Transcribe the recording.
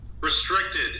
restricted